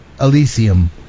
Elysium